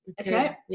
Okay